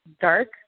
dark